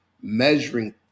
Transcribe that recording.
measuring